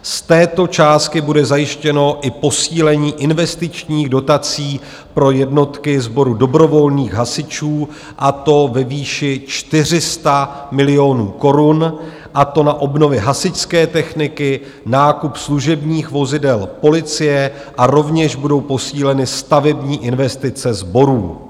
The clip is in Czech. Z této částky bude zajištěno i posílení investičních dotací pro jednotky sboru dobrovolných hasičů, a to ve výši 400 milionů korun, a to na obnovy hasičské techniky, nákup služebních vozidel policie, a rovněž budou posíleny stavební investice sborů.